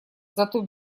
зато